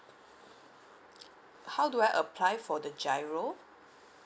how do I apply for the giro